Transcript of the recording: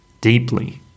deeply